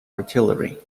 artillery